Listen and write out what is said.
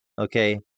okay